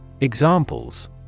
Examples